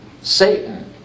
Satan